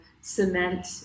cement